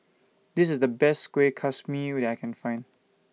This IS The Best Kueh Kaswi that I Can Find